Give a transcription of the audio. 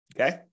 Okay